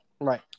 Right